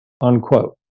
unquote